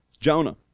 Jonah